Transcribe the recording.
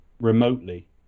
remotely